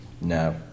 no